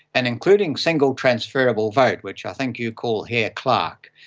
and including single transferable vote, which i think you call hare-clark,